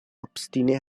obstine